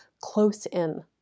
close-in